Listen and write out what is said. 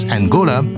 Angola